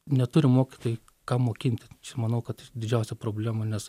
neturi mokytojai ką mokinti čia manau kad didžiausia problema nes